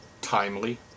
timely